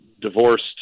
divorced